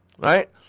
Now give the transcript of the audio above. Right